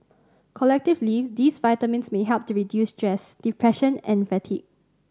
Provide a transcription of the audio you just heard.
collectively these vitamins may help to relieve stress depression and fatigue